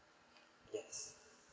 yes